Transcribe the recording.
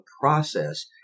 process